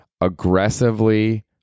Aggressively